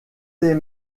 les